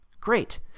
Great